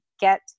get